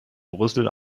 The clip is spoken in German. brüssel